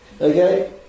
Okay